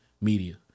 media